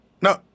No